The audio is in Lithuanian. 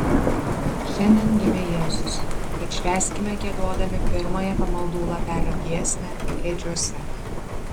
šiandien gimė jėzus tad švęskime giedodami pirmąją pamaldų lapelio giesmę ėdžiose